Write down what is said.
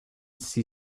see